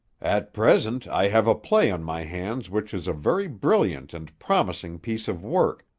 at present i have a play on my hands which is a very brilliant and promising piece of work,